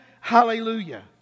hallelujah